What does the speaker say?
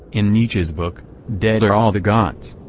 in nietzsche's book, dead are all the gods.